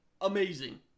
Amazing